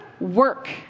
work